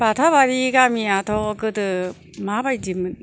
बाथाबारि गामिआथ' गोदो मा बायदिमोन